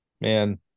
Man